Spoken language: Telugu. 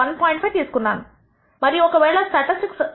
5 తీసుకున్నాను మరియు ఒక వేళ స్టాటిస్టిక్స్ 1